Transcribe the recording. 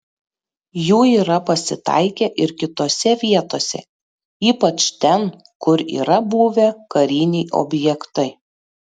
jų yra pasitaikę ir kitose vietose ypač ten kur yra buvę kariniai objektai